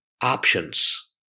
options